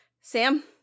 Sam